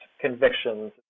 convictions